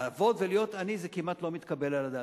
לעבוד ולהיות עני זה כמעט לא מתקבל על הדעת.